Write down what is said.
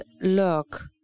look